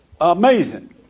Amazing